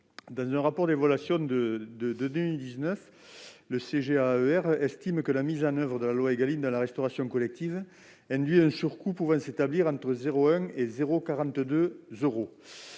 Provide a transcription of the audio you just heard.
Dans un rapport d'évaluation de 2019, le CGAAER estime que la mise en oeuvre de la loi Égalim dans la restauration collective induit un surcoût compris entre 0,10 euro et 0,42 euro.